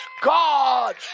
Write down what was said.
God